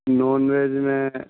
naan veg میں